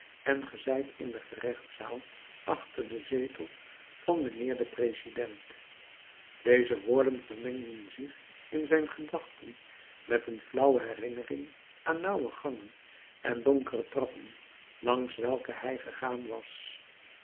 en ge zijt in de gerechtszaal achter den zetel van mijnheer den president deze woorden vermengden zich in zijn gedachten met een flauwe herinnering aan nauwe gangen en donkere trappen langs welke hij gegaan was